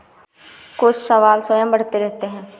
कुछ शैवाल स्वयं बढ़ते रहते हैं